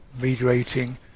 mediating